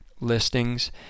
listings